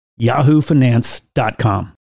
yahoofinance.com